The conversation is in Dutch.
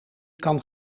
kan